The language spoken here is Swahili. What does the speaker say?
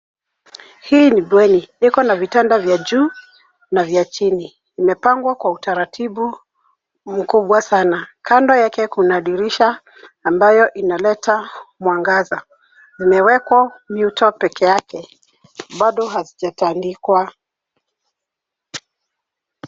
Hii ni bweni. Liko na vitanda vya juu na vya chini. Imepangwa kwa utaratibu mkubwa sana. Kando yake kuna dirisha ambayo inaleta mwangaza. Imewekwa mito peke yake, bado hazijatandikwa.